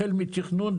החל מתכנון,